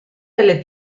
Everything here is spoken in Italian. delle